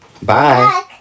Bye